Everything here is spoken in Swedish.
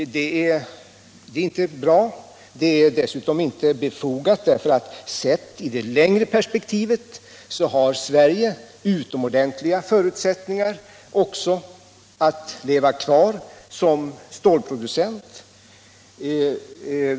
Detta är inte bra. Det är dessutom inte befogat därför att Sverige”i det längre perspektivet har utomordentliga förutsättningar att leva vidare som stålproducent.